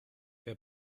wer